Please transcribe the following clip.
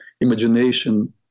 Imagination